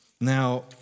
Now